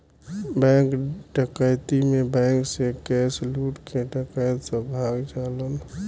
bank डकैती में bank से कैश लूट के डकैत सब भाग जालन